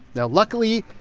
now luckily,